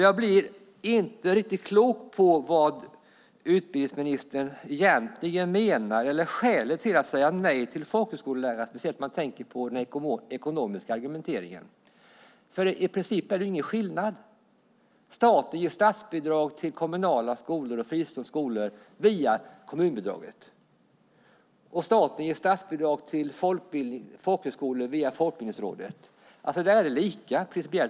Jag blir inte riktigt klok på skälet till att säja nej till folkhögskolelärarna - speciellt då med tanke på den ekonomiska argumenteringen. I princip är det ingen skillnad. Staten ger kommunala skolor och fristående skolor statsbidrag via kommunbidraget, och staten ger folkhögskolor statsbidrag via Folkbildningsrådet. Principiellt är det, som sagt, lika där.